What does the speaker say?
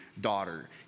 daughter